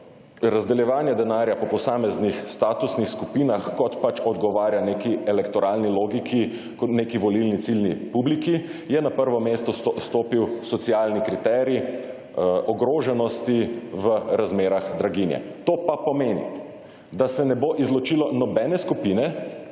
razdeljevanje denarja po posameznih statusnih skupinah kot odgovarja neki elektoralni logiki kot neki volilni ciljni publiki, je na prvo mesto stopil socialni kriterij ogroženosti v razmerah draginje. To pa pomeni, da se ne bo izločilo nobene skupine,